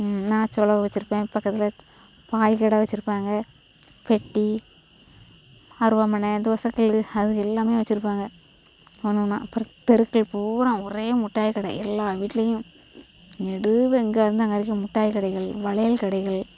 நான் சொலவு வெச்சுருப்பேன் பக்கத்தில் பாய் கடை வெச்சுருப்பாங்க பெட்டி அருவாமனை தோசை கல் அது எல்லாமே வெச்சுருப்பாங்க ஒன்று ஒன்றா அப்புறம் தெருக்கள் பூரா ஒரே மிட்டாய் கடை எல்லா வீட்லேயும் நெடு இங்கேயிருந்து அங்கே வரைக்கும் மிட்டாய் கடைகள் வளையல் கடைகள்